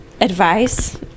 advice